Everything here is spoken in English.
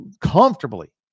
comfortably